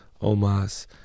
Omas